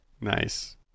Nice